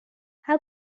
how